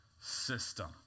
system